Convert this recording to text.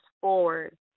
forward